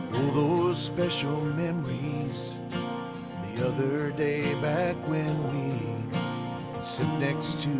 those special memories the other day back when we sit next to